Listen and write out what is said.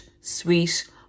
sweet